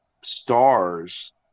stars